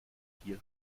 hier